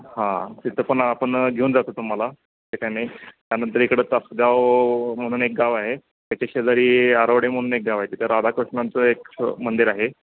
हां तिथं पण आपण घेऊन जातो तुम्हाला ते काय नाही त्यानंतर इकडं तासगाव म्हणून एक गाव आहे त्याच्या शेजारी आरवडे म्हणून एक गाव आहे तिथं राधाकृष्णांचं एक मंदिर आहे